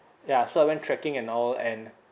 ya so I went trekking and all and